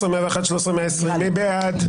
13,041 עד 13,060, מי בעד?